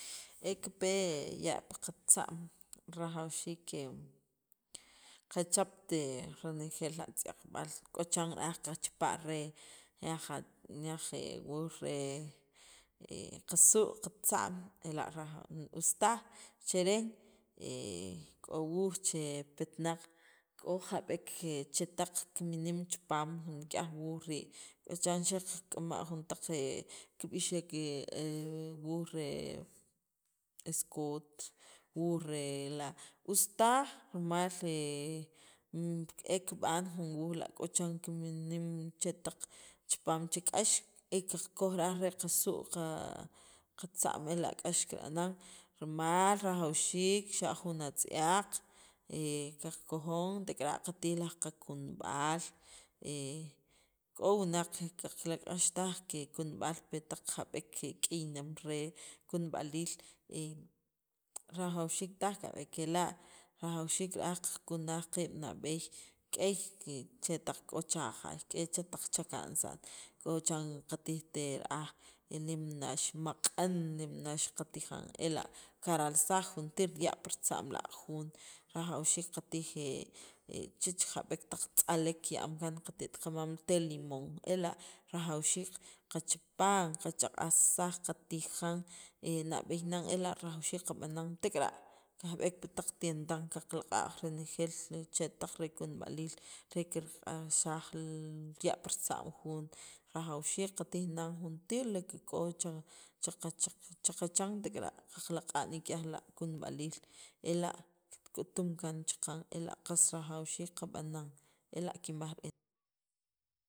e pi ya' paqatza'm rajawxiik kachapt renejel atz'yaqb'al k'o chiran qachapa' nik'yaj atz nik'yaj wuuj re qasu' li qatza'm ela' us taj cheren k'o wuuj che petnaq, k'o jab'ek chetaq kiminim chipaam nik'yaj wuuj rii' k'o chiran xa kak'am jujon taq kib'ixek wuuj re scoot wuuj ela' us taj rimal e kib'an nik'yaj wuuj la' k'o chan kiminim chetaq chipaam che k'ax e qakoj ra'aj re qasu' qatza'm ela' k'ax kira'anan rimal rajawxiik xa' jun atz'yaq qakojon tek'ara' qatij laj qakunub'al k'o wunaq kilaq'axtaj kikunb'al pi taq k'iyneem re kunb'aliil rajwxiik taj kab'eek kela' rajawxiik ra'aj qakunaj qiib' nab'eey k'ey chetaq k'o cha jaay k'o chakansa'n k'o chiran katijt ra'aj, el limnax maq'an nimnax qatijan ela' kiralsaj renejeel ya' piqatza'm la' jun rajawxiik qatij chech jab'ek taq tz'alek che kiya'am kaan qate't qamam telimoon ela' rajawxiik kachapan qach'aq'ajsaj, qatijan nab'eey nan ela' rajawxiik qab'anan tek'ara' kajb'eek pi tientaq qaqlaq'a' renjeel chetaq re kunb'aliil re kirq'axaj ya' pi ritza'm jun rajawxiik qatij nan juntir lo que k'o chaqachan tek'ara' qalaq'a' nik'yaj la' kunb'aliil ela' k'utum kaan chaqan ela' qas rajawviix ka'naan ela' kinb'aj re'en.